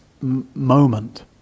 moment